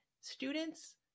students